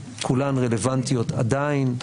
כולן רלוונטיות עדיין,